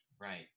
Right